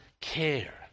care